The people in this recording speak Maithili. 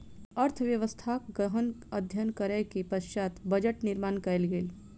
अर्थव्यवस्थाक गहन अध्ययन करै के पश्चात बजट निर्माण कयल गेल